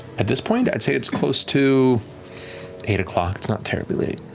at this point, i'd say it's close to eight o'clock. it's not terribly late.